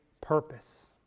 purpose